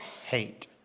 hate